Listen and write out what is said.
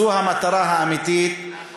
זו המטרה האמיתית, נכון.